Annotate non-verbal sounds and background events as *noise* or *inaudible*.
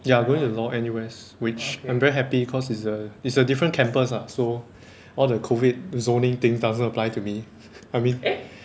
ya I going to law N_U_S which I'm very happy cause it's a it's a different campus lah so all the COVID zoning things doesn't apply to me I mean *laughs*